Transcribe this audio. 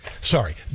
Sorry